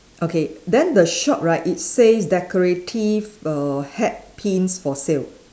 okay then the shop right it says decorative err hat pins for sale